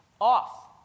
off